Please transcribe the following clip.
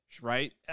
Right